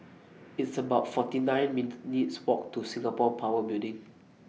It's about forty nine minutes' Walk to Singapore Power Building